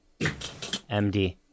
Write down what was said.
MD